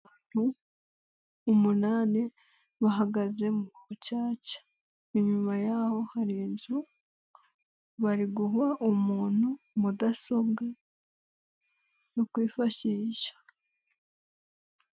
Abantu umunani bahagaze mu bucaca, inyuma y'aho hari inzu bari guha umuntu mudasobwa yo kwifashisha.